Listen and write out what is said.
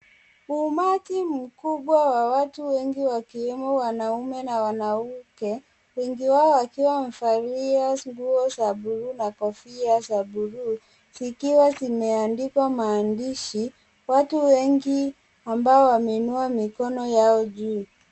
Umati mkubwa wa watu wengi wakiwemo wanaume na wanawake, wengi wao wakiwa wamevalia nguo za buluu na kofia za buluu zikiwa zimeandikwa maandishi. Watu wengi ambao wameinua mikono yao juu.